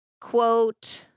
Quote